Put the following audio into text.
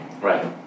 Right